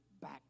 back